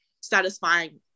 satisfying